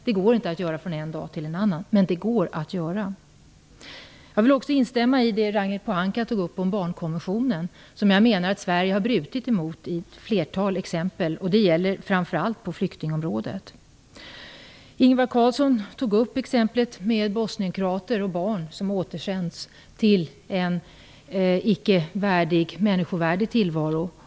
Omställningen kan inte ske från en dag till en annan, men den kan göras. Jag vill också instämma i det som Ragnhild Pohanka sade om barnkonventionen, som jag menar att Sverige har brutit mot i ett flertal fall, framför allt på flyktingområdet. Ingvar Carlsson tog upp fallet med bosnienkroaterna och deras barn som återsänds till en icke människovärdig tillvaro.